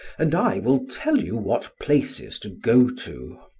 and i will tell you what places to go to.